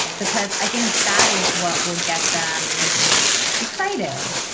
because i think that is what will get them excited,